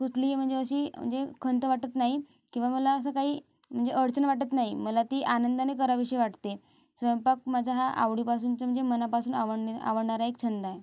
कुठलीही म्हणजे अशी म्हणजे खंत वाटत नाही किंवा मला असं काही म्हणजे अडचण वाटत नाही मला ती आनंदाने करावीशी वाटते स्वयंपाक माझा हा आवडीपासूनचा म्हणजे मनापासून आवडण आवडणारा एक छंद आहे